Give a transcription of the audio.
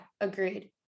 Agreed